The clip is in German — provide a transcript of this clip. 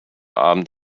abend